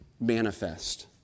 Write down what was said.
manifest